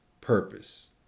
purpose